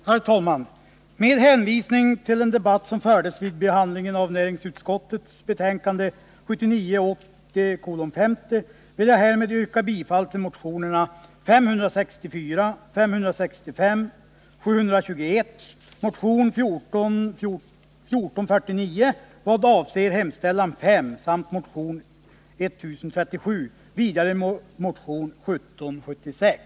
Herr talman! Med hänvisning till den debatt som fördes vid behandlingen av näringsutskottets betänkande 1979/80:50 vill jag härmed yrka bifall till motionerna 564, 565 och 721, motion 1449 såvitt avser hemställan samt motionerna 1037 och 1776.